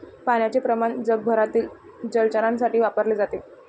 पाण्याचे प्रमाण जगभरातील जलचरांसाठी वापरले जाते